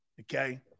Okay